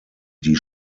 die